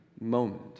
moment